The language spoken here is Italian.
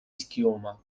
schiuma